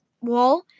wall